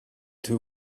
two